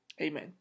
Amen